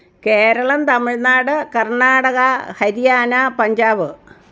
Keralam Tamil Nadu Karnataka Haryana Punjab